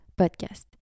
Podcast